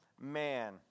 man